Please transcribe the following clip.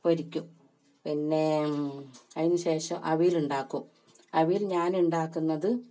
പൊരിക്കും പിന്നെ അതിന് ശേഷം അവിയൽ ഉണ്ടാക്കും അവിയൽ ഞാൻ ഉണ്ടാക്കുന്നത്